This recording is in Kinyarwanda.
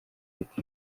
lick